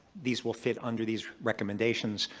these will fit under these recommendations.